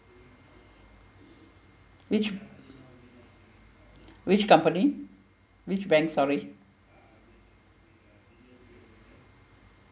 which which company which bank sorry